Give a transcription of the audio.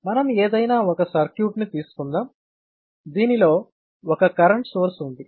మనం ఏదైనా ఒక సర్క్యూట్ ని తీసుకుందాం దీనిలో ఒక కరెంట్ సోర్స్ ఉంది